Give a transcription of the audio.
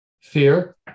fear